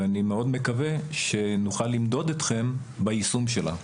ואני מאוד מקווה שנוכל למדוד אתכם ביישום שלה.